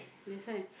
that's why